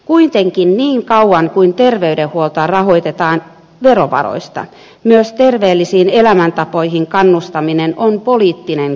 kuitenkin niin kauan kun terveydenhuoltoa rahoitetaan verovaroista myös terveellisiin elämäntapoihin kannustaminen on poliittinen kysymys